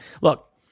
look